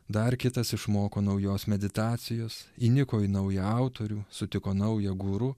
dar kitas išmoko naujos meditacijos įniko į naują autorių sutiko naują guru